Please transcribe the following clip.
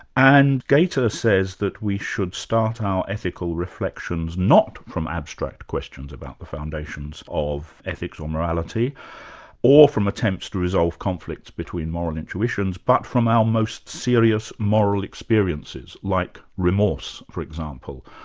and gaita says that we should start our ethical reflections not from abstract questions about the foundations of ethics or morality or from attempts to resolve conflicts between moral intuitions, but from our most serious moral experiences, like remorse, for example.